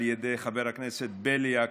על ידי חברי הכנסת בליאק,